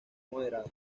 moderada